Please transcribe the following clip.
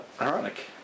Ironic